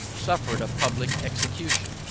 suffered a public execution.